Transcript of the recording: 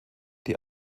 die